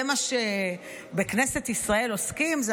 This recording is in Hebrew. בזה עוסקים בכנסת ישראל?